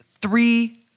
three